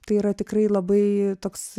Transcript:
tai yra tikrai labai toks